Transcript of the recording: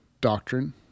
doctrine